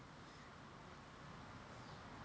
ugh ya